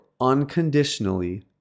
unconditionally